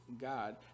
God